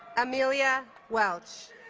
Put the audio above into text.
emilia welch